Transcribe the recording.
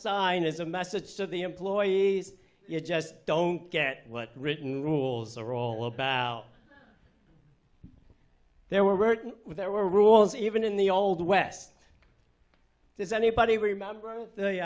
is a message to the employees you just don't get what written rules are all about there were written there were rules even in the old west does anybody remember the